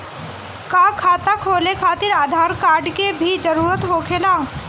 का खाता खोले खातिर आधार कार्ड के भी जरूरत होखेला?